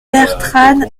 bertranne